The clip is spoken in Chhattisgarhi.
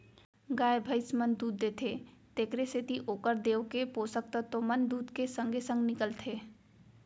गाय भइंस मन दूद देथे तेकरे सेती ओकर देंव के पोसक तत्व मन दूद के संगे संग निकलथें